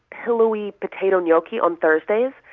pillowy, potato gnocchi on thursdays.